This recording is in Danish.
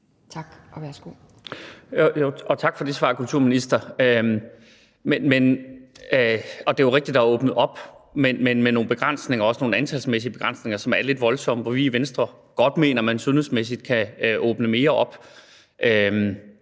Tak. Og værsgo.